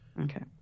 okay